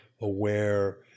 aware